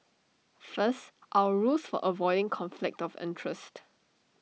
first our rules for avoiding conflict of interest